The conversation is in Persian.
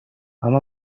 اما